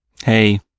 Hey